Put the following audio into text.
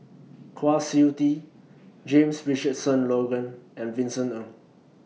Kwa Siew Tee James Richardson Logan and Vincent Ng